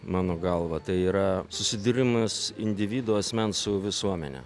mano galva tai yra susidūrimas individo asmens su visuomene